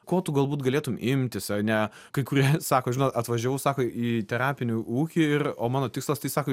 ko tu galbūt galėtum imtis ane kai kurie sako žinok atvažiavau sako į terapinį ūkį ir o mano tikslas tai sako